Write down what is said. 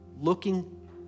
looking